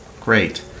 Great